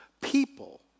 people